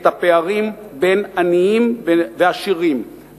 את הפערים בין העניים והעשירים,